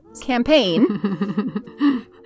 campaign